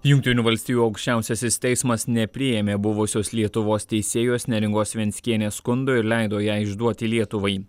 jungtinių valstijų aukščiausiasis teismas nepriėmė buvusios lietuvos teisėjos neringos venckienės skundo ir leido ją išduoti lietuvai